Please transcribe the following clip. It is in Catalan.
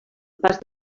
pas